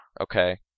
Okay